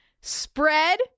spread